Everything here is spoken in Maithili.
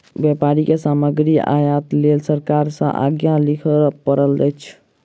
व्यापारी के सामग्री आयातक लेल सरकार सॅ आज्ञा लिअ पड़ैत अछि